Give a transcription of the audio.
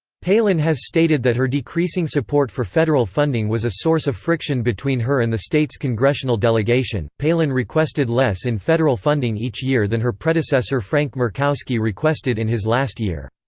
palin has stated that her decreasing support for federal funding was a source of friction between her and the state's congressional delegation palin requested less in federal funding each year than her predecessor frank murkowski requested in his last year.